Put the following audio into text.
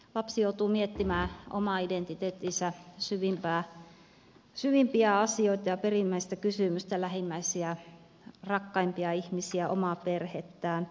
lapsi joutuu miettimään oman identiteettinsä syvimpiä asioita ja perimmäistä kysymystä lähimmäisiä rakkaimpia ihmisiä omaa perhettään